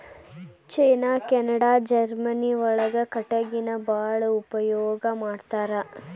ಚೇನಾ Canada Germany ಒಳಗ ಕಟಗಿನ ಬಾಳ ಉಪಯೋಗಾ ಮಾಡತಾರ